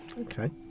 okay